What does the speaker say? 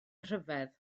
rhyfedd